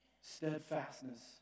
Steadfastness